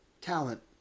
talent